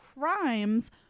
crimes